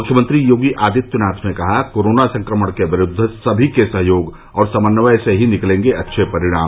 मुख्यमंत्री योगी आदित्यनाथ ने कहा कोरोना संक्रमण के विरूद्व सभी के सहयोग और समन्वय से ही निकलेंगे अच्छे परिणाम